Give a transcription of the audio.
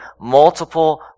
multiple